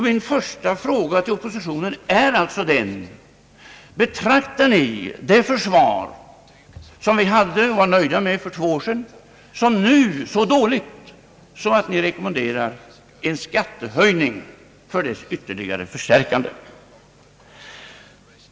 Min första fråga till oppositionen blir denna: Betraktar ni det försvar som vi var nöjda med för två år sedan som så dåligt i dag att ni rekommenderar en skattehöjning för att ytterligare stärka det?